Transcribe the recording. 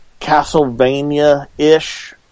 Castlevania-ish